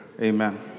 Amen